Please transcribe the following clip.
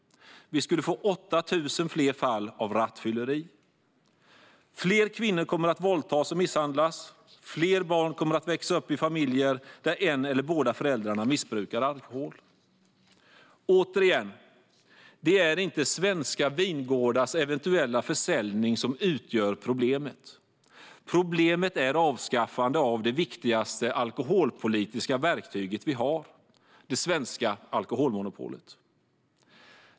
Vi skulle få 8 000 fler fall av rattfylleri. Fler kvinnor kommer att våldtas och misshandlas. Fler barn kommer att växa upp i familjer där en eller båda föräldrarna missbrukar alkohol. Återigen: Det är inte svenska vingårdars eventuella försäljning som utgör problemet. Problemet är avskaffandet av det viktigaste alkoholpolitiska verktyg vi har: det svenska alkoholmonopolet.